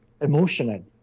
emotional